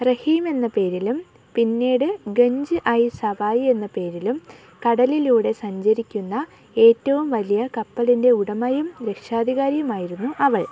റഹീം എന്ന പേരിലും പിന്നീട് ഗഞ്ച് ഐ സവായ് എന്ന പേരിലും കടലിലൂടെ സഞ്ചരിക്കുന്ന ഏറ്റവും വലിയ കപ്പലിൻ്റെ ഉടമയും രക്ഷാധികാരിയുമായിരുന്നു അവൾ